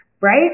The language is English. right